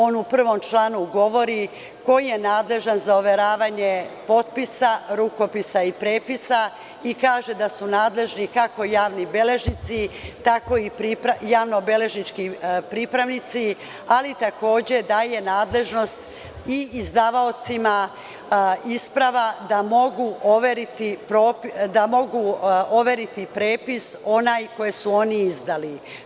On u prvom članu govori ko je nadležan za overavanje potpisa, rukopisa i prepisa i kaže da su nadležni kako javni beležnici, tako i javnobeležnički pripravnici, ali takođe daje nadležnost i izdavaocima isprava da mogu overiti prepis onaj koji su oni izdali.